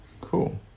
Cool